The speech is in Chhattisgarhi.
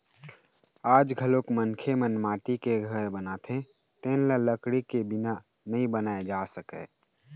आज घलोक मनखे मन माटी के घर बनाथे तेन ल लकड़ी के बिना नइ बनाए जा सकय